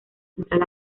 central